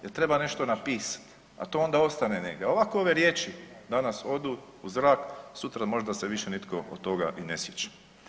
Jer treba nešto napisati, a to ostane negdje, ovako ove riječi danas odu u zrak, sutra možda se više nitko toga ni ne sjeća.